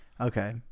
Okay